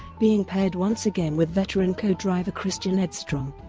being paired once again with veteran co-driver christian edstrom.